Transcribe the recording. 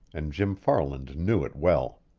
and jim farland knew it well.